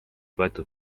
võetud